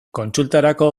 kontsultarako